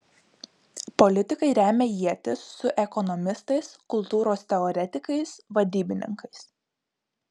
politikai remia ietis su ekonomistais kultūros teoretikais vadybininkais